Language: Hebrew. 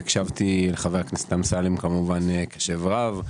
והקשבתי לה חבר הכנסת אמסלם כמובן קשב רב,